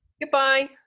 goodbye